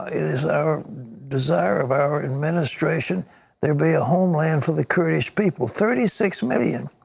it is our desire of our administration there be a homeland from the kurdish people, thirty six million,